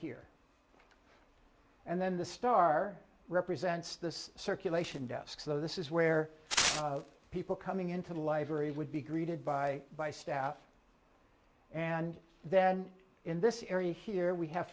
here and then the star represents the circulation desk so this is where people coming into the libraries would be greeted by by staff and then in this area here we have